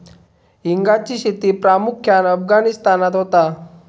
हिंगाची शेती प्रामुख्यान अफगाणिस्तानात होता